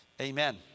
amen